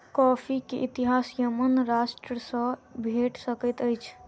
coffee के इतिहास Yemen राष्ट्र सॅ भेट सकैत अछि